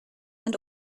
and